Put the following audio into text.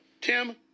Tim